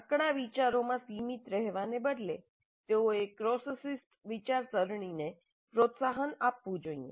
સાંકડા વિચારોમાં સીમિત રહેવાને બદલે તેઓએ ક્રોસ શિસ્ત વિચારસરણીને પ્રોત્સાહન આપવું જોઈએ